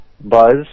buzz